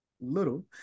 little